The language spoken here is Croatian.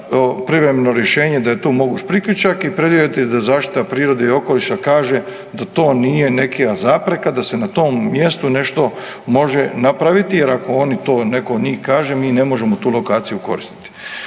privremeno rješenje da je tu moguć priključak i preduvjet je da zaštita prirode i okoliša kaže da to nije neka zapreka da se na tom mjestu nešto može napraviti. Jer ako oni to netko od njih kaže mi ne možemo tu lokaciju koristiti.